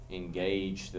engage